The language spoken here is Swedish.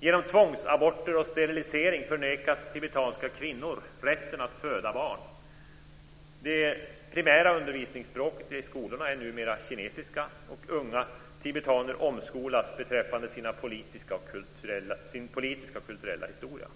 Genom tvångsaborter och sterilisering nekas tibetanska kvinnor rätten att föda barn. Det primära undervisningsspråket i skolorna är numera kinesiska. Unga tibetaner omskolas beträffande sin politiska och kulturella historia.